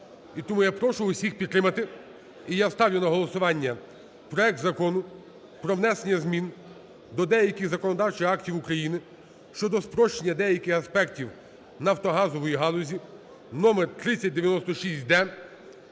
тому я прошу всіх підтримати. І я ставлю на голосування проект Закону про внесення змін до деяких законодавчих актів України щодо спрощення деяких аспектів нафтогазової галузі (номер 3096-д)